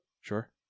Sure